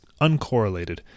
uncorrelated